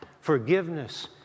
forgiveness